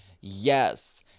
Yes